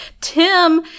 tim